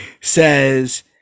says